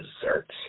desserts